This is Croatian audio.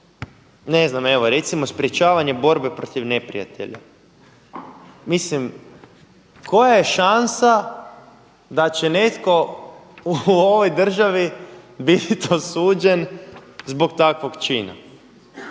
djela, evo ne znam, sprječavanje borbe protiv neprijatelja. Mislim, koja je šansa da će netko u ovoj državi biti osuđen zbog takvog čina.